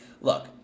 look